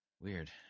Weird